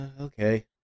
okay